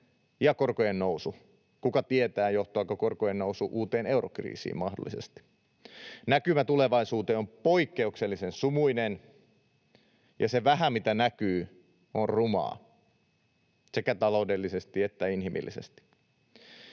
ja korkojen nousu. Kuka tietää, johtaako korkojen nousu uuteen eurokriisiin mahdollisesti? Näkymä tulevaisuuteen on poikkeuksellisen sumuinen, ja se vähä, mitä näkyy, on rumaa — sekä taloudellisesti että inhimillisesti.